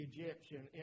Egyptian